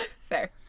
Fair